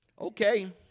okay